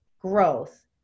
growth